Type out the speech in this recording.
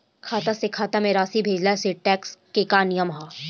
खाता से खाता में राशि भेजला से टेक्स के का नियम ह?